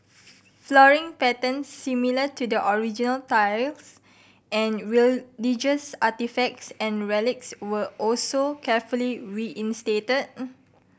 flooring patterns similar to the original tiles and religious artefacts and relics were also carefully reinstated